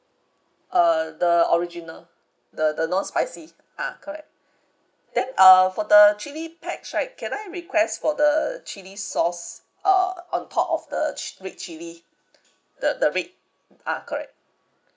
uh the original the the no spicy ah correct then uh for the chili packs right can I request for the chili sauce uh on top of the chi~ red chili the the red ah correct